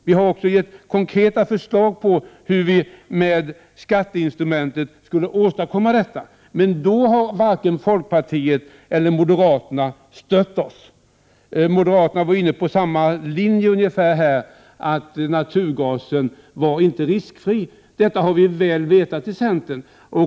Vi har också lagt fram konkreta förslag till hur det med hjälp av skatteinstrumentet skulle gå att åstadkomma detta. Men varken folkpartiet eller moderaterna har stött oss — trots att moderaterna var inne på nästan samma linje här, att naturgasen inte var riskfri. Det har vi i centern varit väl medvetna om.